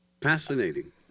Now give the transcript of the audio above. Fascinating